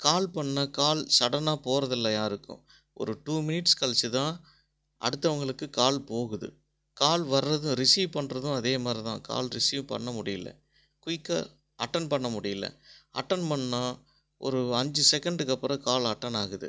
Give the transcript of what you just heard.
கால் பண்ணா கால் சடன்னாக போறதில்லை யாருக்கும் ஒரு டூ மினிட்ஸ் கழிச்சு தான் அடுத்தவங்களுக்கு கால் போகுது கால் வர்றத ரிஸீவ் பண்ணுறதும் அதே மாதிரி தான் கால் ரிஸீவ் பண்ண முடியல குய்க்காக அட்டன்ட் பண்ண முடியல அட்டன்ட் பண்ணால் ஒரு அஞ்சு செகண்டுக்கு அப்புறம் கால் அட்டன்ட் ஆகுது